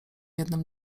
jednym